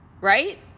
right